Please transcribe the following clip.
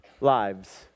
lives